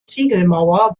ziegelmauer